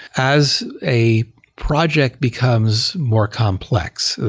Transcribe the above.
as a project becomes more complex,